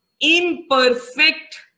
imperfect